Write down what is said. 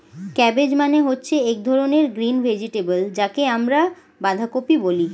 cabbage মানে হচ্ছে এক ধরনের গ্রিন ভেজিটেবল যাকে আমরা বাঁধাকপি বলি